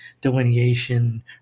delineation